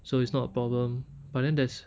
so it's not a problem but then there's